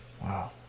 Wow